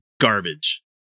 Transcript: garbage